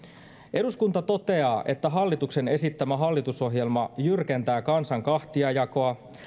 eduskunta toteaa että hallituksen esittämä hallitusohjelma jyrkentää kansan kahtiajakoa